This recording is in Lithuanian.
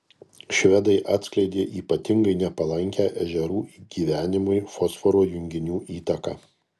švedai atskleidė ypatingai nepalankią ežerų gyvenimui fosforo junginių įtaką